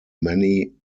many